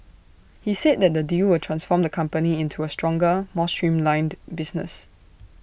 he said the deal will transform the company into A stronger more streamlined business